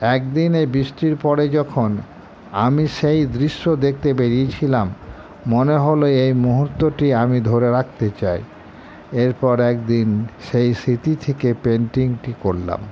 একদিন এই বৃষ্টির পরে যখন আমি সেই দৃশ্য দেখতে বেরিয়েছিলাম মনে হল এই মুহূর্তটি আমি ধরে রাখতে চাই এরপর একদিন সেই স্মৃতি থেকে পেন্টিংটি করলাম